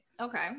Okay